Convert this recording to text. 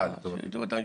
אה, לטובת הישיבה.